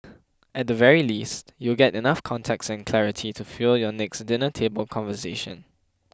at the very least you'll get enough context and clarity to fuel your next dinner table conversation